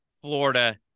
Florida